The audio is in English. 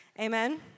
Amen